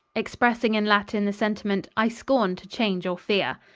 expressing in latin the sentiment, i scorn to change or fear.